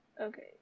Okay